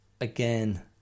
again